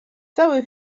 cały